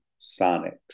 sonics